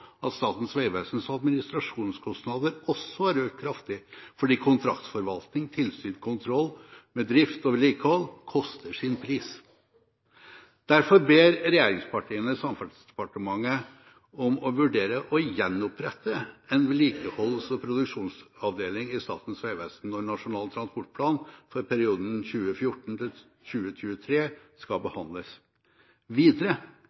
at Statens vegvesens administrasjonskostnader også har økt kraftig, fordi kontraktsforvaltning og tilsynskontroll med drift og vedlikehold har sin pris. Derfor ber regjeringspartiene Samferdselsdepartementet om å vurdere å gjenopprette en vedlikeholds- og produksjonsavdeling i Statens vegvesen når Nasjonal transportplan for perioden